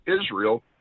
Israel